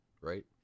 right